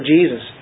Jesus